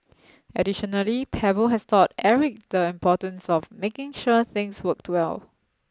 additionally Pebble has taught Eric the importance of making sure things worked well